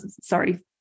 sorry